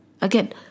Again